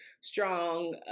strong